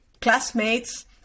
classmates